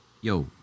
Yo